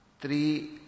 three